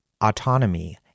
autonomy